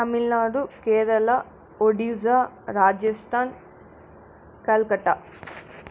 Tamil Nadu Kerala Odisha Rajasthan calcutta